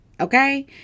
Okay